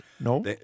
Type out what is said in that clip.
No